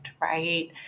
right